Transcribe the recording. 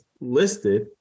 listed